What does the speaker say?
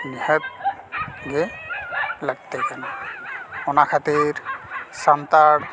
ᱱᱤᱦᱟᱹᱛ ᱜᱮ ᱞᱟᱹᱠᱛᱤ ᱠᱟᱱᱟ ᱚᱱᱟ ᱠᱷᱟᱹᱛᱤᱨ ᱥᱟᱱᱛᱟᱲ